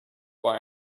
why